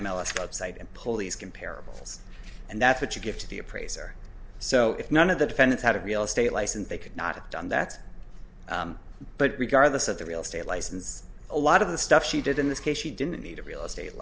go outside and pull these comparables and that's what you give to the appraiser so if none of the defendants had a real estate license they could not done that but regardless of the real estate license a lot of the stuff she did in this case she didn't need a real estate